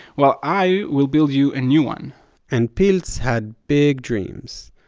well, i will build you a new one' and pilz had big dreams.